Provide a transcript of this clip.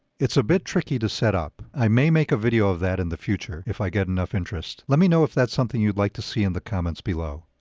it's a bit tricky to set up i may make a video of that in the future if i get enough interest. let me know if that's something you'd like to see in the comments below.